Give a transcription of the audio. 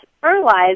fertilized